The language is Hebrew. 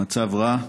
המצב רע.